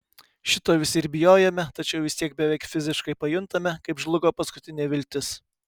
šito visi ir bijojome tačiau vis tiek beveik fiziškai pajuntame kaip žlugo paskutinė viltis